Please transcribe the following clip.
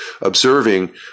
observing